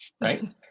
right